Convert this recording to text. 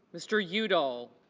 mr. udall